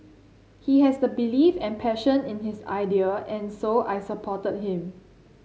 he has the belief and passion in his idea and so I supported him